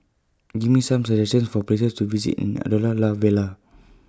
Give Me Some suggestions For Places to visit in Andorra La Vella